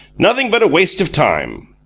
nothing but a waste of time.